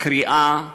קריאה לנקמה,